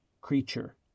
creature